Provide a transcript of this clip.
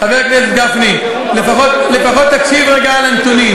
חבר הכנסת גפני, לפחות תקשיב רגע לנתונים.